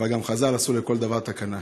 אבל גם חז"ל עשו לכל דבר תקנה.